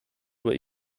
were